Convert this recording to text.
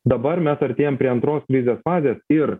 dabar mes artėjam prie antros krizės fazės ir